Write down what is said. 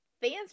fans